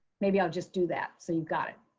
maybe i'll just do that so you've got it.